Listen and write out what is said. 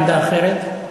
עמדה אחרת.